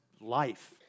life